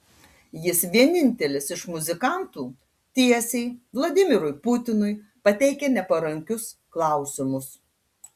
jis vienintelis iš muzikantų tiesiai vladimirui putinui pateikia neparankius klausimus